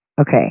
Okay